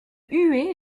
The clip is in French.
huée